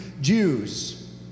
Jews